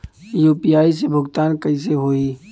UPI से भुगतान कइसे होहीं?